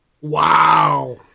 wow